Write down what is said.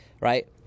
right